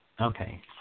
Okay